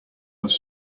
was